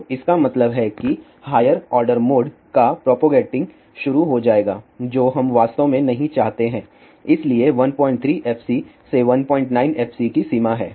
तो इसका मतलब है कि हायर ऑर्डर मोड का प्रोपगेटिंग शुरू हो जाएगा जो हम वास्तव में नहीं चाहते हैं इसलिए 13 fc से 19 fc की सीमा है